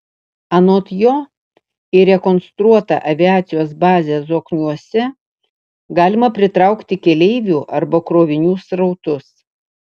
anot jo į rekonstruotą aviacijos bazę zokniuose galima pritraukti keleivių arba krovinių srautus